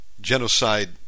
genocide